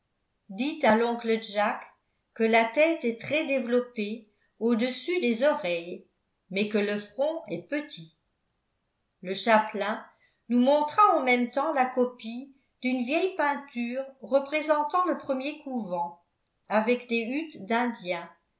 dites à l'oncle jack que la tête est très développée au-dessus des oreilles mais que le front est petit le chapelain nous montra en même temps la copie d'une vieille peinture représentant le premier couvent avec des huttes d'indiens